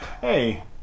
Hey